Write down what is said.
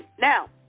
now